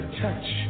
touch